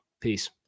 Peace